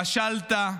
כשלת.